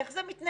איך זה מתנהל?